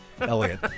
Elliot